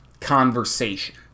conversation